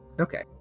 Okay